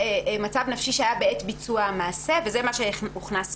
מצב נפשי שהיה בעת ביצוע המעשה וזה מה שהוכנס פה.